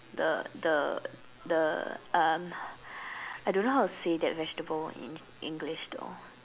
the the the um I don't know how to say that vegetable in English though